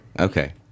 Okay